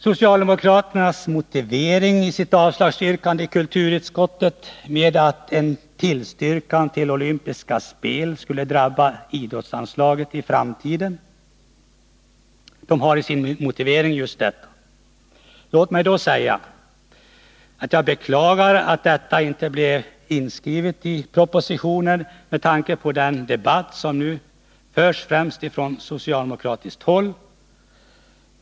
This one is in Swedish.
Socialdemokraterna motiverar sitt avslagsyrkande i kulturutskottet med att en tillstyrkan till olympiska spel skulle drabba idrottsanslaget i framtiden. Låt mig säga att jag beklagar att det villkor riksidrottsstyrelsen ställt upp inte blev inskrivet i propositionen, med tanke på den debatt som förs främst från socialdemokratiskt håll.